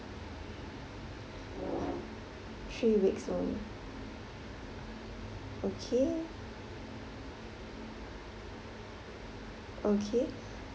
three weeks only okay okay